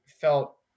felt